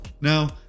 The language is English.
Now